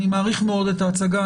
אני מעריך מאוד את ההצגה.